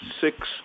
six